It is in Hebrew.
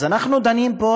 אז אנחנו דנים פה,